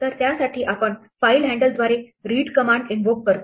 तर त्यासाठी आपण फाईल हँडल द्वारे रीड कमांड इन्वोक करतो